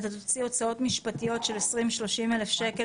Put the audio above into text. אתה תוציא הוצאות משפטיות של 30-20 אלף שקל